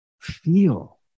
feel